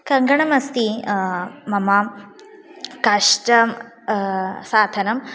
कङ्गणमस्ति मम कष्टं साधनम्